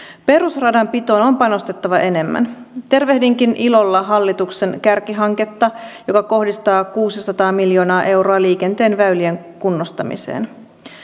perusradanpitoon on panostettava enemmän tervehdinkin ilolla hallituksen kärkihanketta joka kohdistaa kuusisataa miljoonaa euroa liikenteen väylien kunnostamiseen